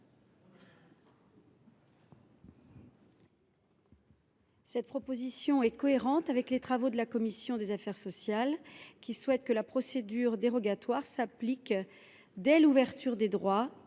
Cette proposition est cohérente avec les travaux de la commission des affaires sociales, qui souhaite que la procédure dérogatoire s’applique non pas seulement